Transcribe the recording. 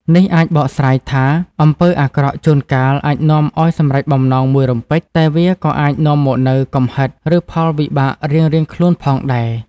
នេះអាចបកស្រាយថា អំពើអាក្រក់ជួនកាលអាចនាំឲ្យសម្រេចបំណងមួយរំពេច តែវាក៏អាចនាំមកនូវកំហិត ឬផលវិបាករៀងៗខ្លួនផងដែរ។